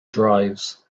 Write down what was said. drives